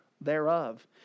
thereof